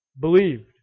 believed